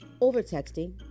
Over-texting